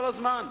כל הזמן.